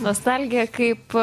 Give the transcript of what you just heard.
nostalgija kaip